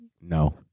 No